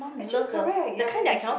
actually correct ya ya ya should